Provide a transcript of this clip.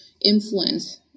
influence